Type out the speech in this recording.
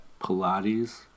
Pilates